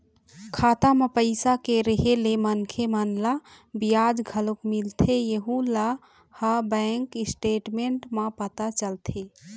खाता म पइसा के रेहे ले मनखे मन ल बियाज घलोक मिलथे यहूँ ह बैंक स्टेटमेंट म पता चलथे